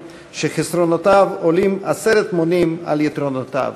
שחסרונותיו עולים עשרת מונים על יתרונותיו.